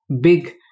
big